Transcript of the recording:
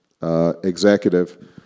Executive